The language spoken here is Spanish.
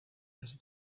casi